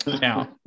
now